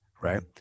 right